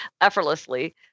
effortlessly